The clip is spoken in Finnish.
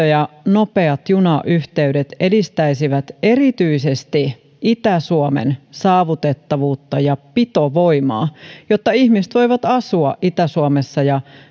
ja nopeat junayhteydet edistäisivät erityisesti itä suomen saavutettavuutta ja pitovoimaa jotta ihmiset voivat asua itä suomessa ja